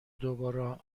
درباره